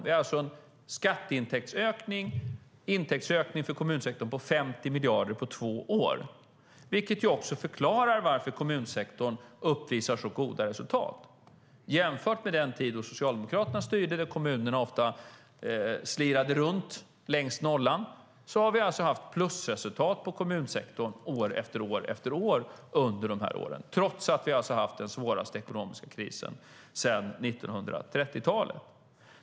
Det är alltså en skatteintäktsökning för kommunsektorn på 50 miljarder på två år, vilket också förklarar varför sektorn uppvisar så goda resultat. Jämfört med den tid då Socialdemokraterna styrde, då kommunerna ofta slirade runt längs nollan, har vi alltså haft plusresultat på kommunsektorn år efter år under dessa år trots att vi har haft den svåraste ekonomiska krisen sedan 1930-talet.